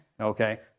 Okay